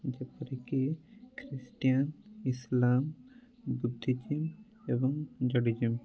ଯେପରିକି Christian Islam Buddhism ଏବଂ ଜୋଡ଼ିଜିମ୍